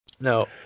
No